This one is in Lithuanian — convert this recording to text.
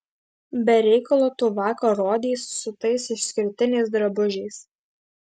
be reikalo tu vakar rodeis su tais išskirtiniais drabužiais